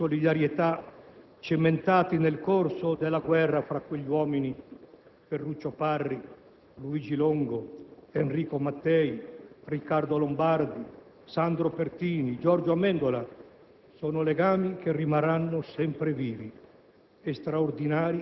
I vincoli di solidarietà cementati nel corso della guerra fra quegli uomini (Ferruccio Parri, Luigi Longo, Enrico Mattei, Riccardo Lombardi, Sandro Pertini, Giorgio Amendola) rimarranno sempre vivi.